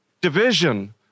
division